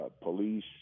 police